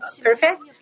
perfect